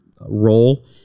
role